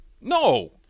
No